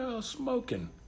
smoking